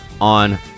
On